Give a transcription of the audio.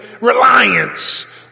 reliance